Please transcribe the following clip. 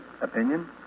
opinion